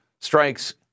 strikes